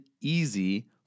easy